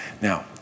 Now